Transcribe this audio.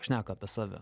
šneka apie save